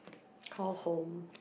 call home